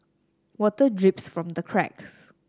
water drips from the cracks